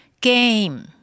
Game